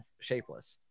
shapeless